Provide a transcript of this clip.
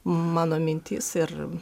mano mintys ir